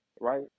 right